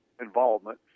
involvement